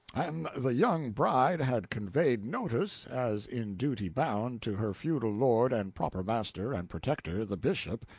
an the young bride had conveyed notice, as in duty bound, to her feudal lord and proper master and protector the bishop,